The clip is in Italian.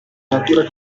natura